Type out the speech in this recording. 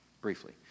briefly